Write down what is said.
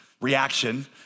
reaction